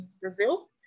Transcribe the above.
Brazil